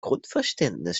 grundverständnis